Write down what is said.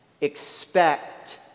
expect